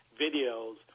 videos